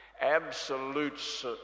Absolute